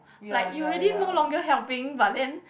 like you already no longer helping but then